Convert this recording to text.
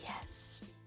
yes